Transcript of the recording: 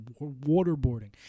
waterboarding